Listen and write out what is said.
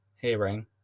hearing